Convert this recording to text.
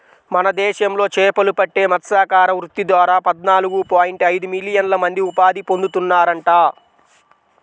మన దేశంలో చేపలు పట్టే మత్స్యకార వృత్తి ద్వారా పద్నాలుగు పాయింట్ ఐదు మిలియన్ల మంది ఉపాధి పొందుతున్నారంట